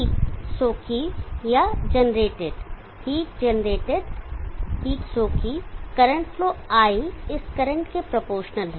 heat सोखी या generated heat generated heat सोखी करंट फ्लो I इस करंट के प्रोपोर्शनल है